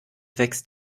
wächst